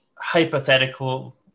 hypothetical